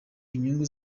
inyungu